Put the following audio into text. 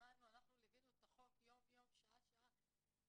יום יום ושעה שעה.